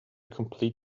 complete